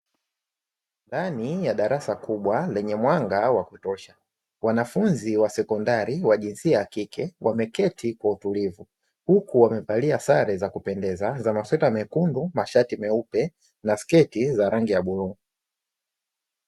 Ndani ya darasa kubwa lenye mwanga wa kutosha, wanafunzi wa sekondari wa jinsia ya kike wameketi kwa utulivu, huku wamevalia sare za kupendeza za masweta mekundu, mashati meupe na sketi za rangi ya bluu.